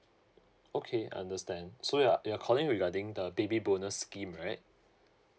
okay understand so you're you're calling regarding the baby bonus scheme right